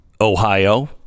Ohio